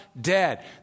dead